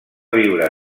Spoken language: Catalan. viure